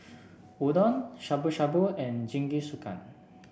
Udon Shabu Shabu and Jingisukan